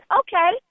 okay